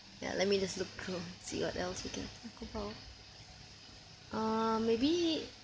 ya let me just look through see what else we can talk about uh maybe